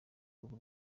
ruhu